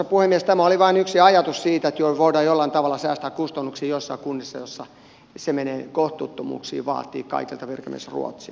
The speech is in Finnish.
tämä oli vain yksi ajatus siitä että voidaan jollain tavalla säästää kustannuksia joissain kunnissa joissa menee kohtuuttomuuksiin vaatia kaikilta virkamiesruotsia